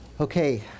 Okay